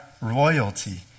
royalty